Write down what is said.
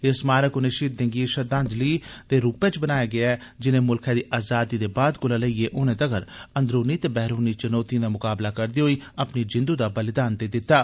एह् स्मारक उनें शहीदें गी श्रद्वांजलि दे रूपै च बनाया गेदा ऐ जिनें मुलखै दी अजादी दे बाद कोला लेइयै हुनै तगर अंदरूनी दे वैहरूनी चुनोतिएं ा मकाबला करदे होई अपनी जिंदू दा बलिदान देई दित्ता